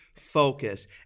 focus